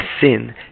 sin